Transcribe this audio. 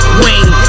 wing